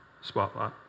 spotlight